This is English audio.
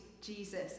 Jesus